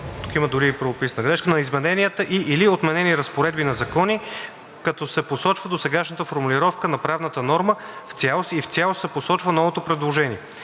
прилагат пълните текстове на изменените и/или отменени разпоредби на закони, като се посочва досегашната формулировка на правната норма в цялост и в цялост се посочва новото предложение.